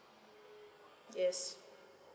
yes